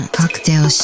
cocktail